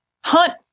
hunt